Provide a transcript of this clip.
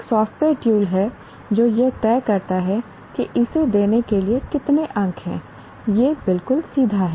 एक software tool है जो यह तय करता है कि इसे देने के लिए कितने अंक हैं यह बिल्कुल सीधा है